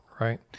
right